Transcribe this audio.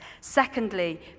Secondly